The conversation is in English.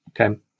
Okay